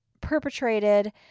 perpetrated